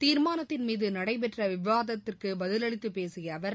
தீர்மானத்தின் மீது நடைபெற்ற விவாதத்திற்கு பதிலளித்து பேசிய அவர்